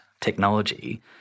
technology